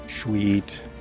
Sweet